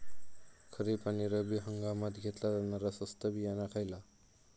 खरीप आणि रब्बी हंगामात घेतला जाणारा स्वस्त बियाणा खयला?